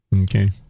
Okay